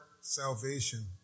salvation